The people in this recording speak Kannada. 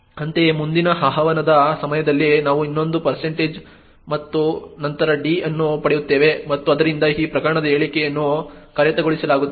ಅಂತೆಯೇ ಮುಂದಿನ ಆಹ್ವಾನದ ಸಮಯದಲ್ಲಿ ನಾವು ಇನ್ನೊಂದು ಮತ್ತು ನಂತರ d ಅನ್ನು ಪಡೆಯುತ್ತೇವೆ ಮತ್ತು ಆದ್ದರಿಂದ ಈ ಪ್ರಕರಣದ ಹೇಳಿಕೆಯನ್ನು ಕಾರ್ಯಗತಗೊಳಿಸಲಾಗುತ್ತದೆ